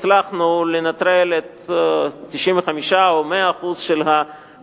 הצלחנו לנטרל 95% או 100% של